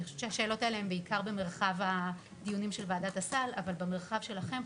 חושבת שהשאלות האלו הן בעיקר במרחב של וועדת הסל אבל במרחב שלכם,